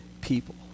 people